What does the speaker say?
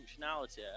functionality